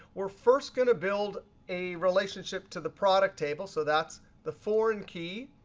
we're first going to build a relationship to the product table, so that's the foreign key.